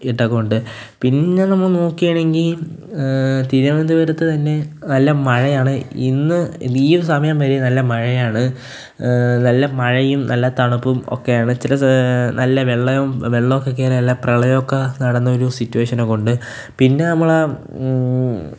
ഇതൊക്കെയുണ്ട് പിന്നെ നമ്മള് നോക്കേണെങ്കില് തിരുവനന്തപുരത്ത് തന്നെ നല്ല മഴയാണ് ഇന്ന് ഈയൊരു സമയം വരെയും നല്ല മഴയാണ് നല്ല മഴയും നല്ല തണുപ്പും ഒക്കെയാണ് ചില നല്ല വെള്ളം നല്ല വെള്ളമൊക്കെ കയറി നല്ല പ്രളയമൊക്കെ നടന്നൊരു സിറ്റുവേഷനോക്കെയുണ്ട് പിന്നെ നമ്മളെ ണ്ട് പിന്നെ നമ്മള് നോക്കേണെങ്കില് തിരുവനന്തപുരത്ത് തന്നെ നല്ല മഴയാണ് ഇന്ന് ഈയൊരു സമയം വരെയും നല്ല മഴയാണ് നല്ല മഴയും നല്ല തണുപ്പും ഒക്കെയാണ് ചില നല്ല വെള്ളം നല്ല വെള്ളമൊക്കെ കയറി നല്ല പ്രളയമൊക്കെ നടന്നൊരു സിറ്റുവേഷനൊക്കെ ഉണ്ട് പിന്നെ നമ്മളെ